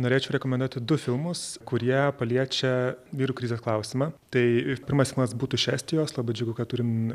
norėčiau rekomenduoti du filmus kurie paliečia vyrų krizės klausimą tai pirmas filmas būtų iš estijos labai džiugu kad turim